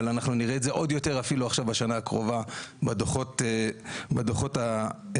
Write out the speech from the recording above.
אבל אנחנו נראה את זה אפילו עוד יותר עכשיו בשנה הקרובה בדוחות שיהיו.